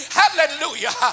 hallelujah